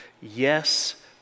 yes